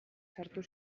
sartu